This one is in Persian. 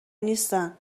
نیستن